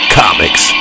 comics